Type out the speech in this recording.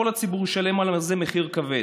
כל הציבור ישלם על זה מחיר כבד.